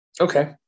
Okay